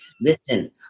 Listen